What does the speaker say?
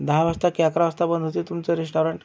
दहा वाजता की अकरा वाजता बंद होते तुमचं रेस्टॉरंट